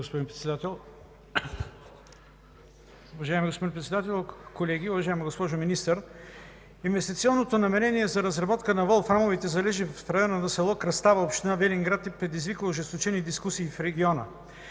Уважаеми господин Председател, колеги, уважаема госпожо Министър! Инвестиционното намерение за разработка на волфрамовите залежи в района на село Кръстава, община Велинград, е предизвикало ожесточени дискусии в региона.